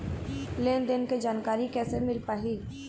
लेन देन के जानकारी कैसे मिल पाही?